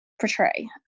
portray